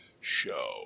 show